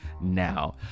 now